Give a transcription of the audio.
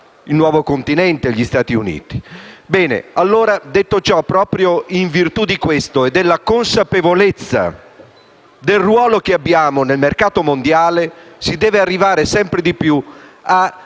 il nuovo continente, gli Stati Uniti.